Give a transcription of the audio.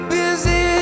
busy